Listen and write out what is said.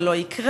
זה לא יקרה,